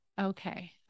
okay